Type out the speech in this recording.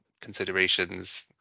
considerations